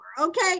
Okay